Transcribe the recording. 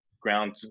ground